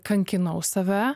kankinau save